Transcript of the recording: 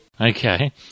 Okay